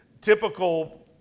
typical